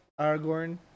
Aragorn